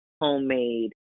homemade